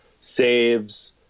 saves